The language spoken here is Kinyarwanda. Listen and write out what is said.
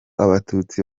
abatutsi